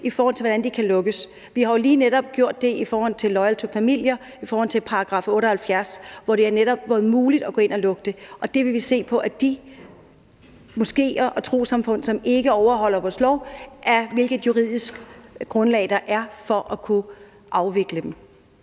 i forhold til hvordan de kan lukkes. Vi har jo netop lige gjort det med Loyal to Familia i forhold til § 78, hvor det netop har været muligt at gå ind og gøre det. Og i forhold til de moskeer og trossamfund, som ikke overholder vores lov, vil vi se på, hvilket juridisk grundlag der er for at kunne afvikle dem.